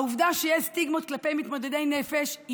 העובדה שיש סטיגמות כלפי מתמודדי נפש היא